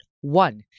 one